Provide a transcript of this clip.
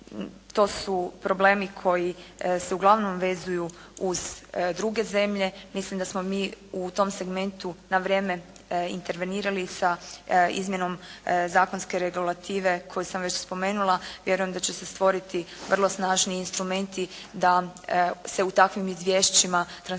to su problemi koji se uglavnom vezuju uz druge zemlje, mislim da smo mi u tom segmentu na vrijeme intervenirali sa izmjenom zakonske regulative koju sam već spomenula, vjerujem da će se stvoriti vrlo snažni instrumenti da se u takvim izvješćima Trasparency